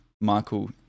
Michael